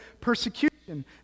persecution